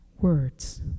words